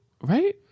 Right